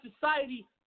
society